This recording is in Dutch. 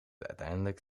eindelijk